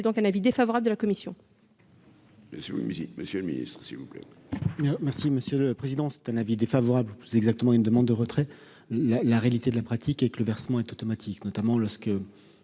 c'est donc un avis défavorable de la commission.